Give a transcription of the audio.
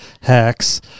hacks